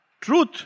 Truth